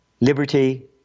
liberty